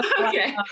Okay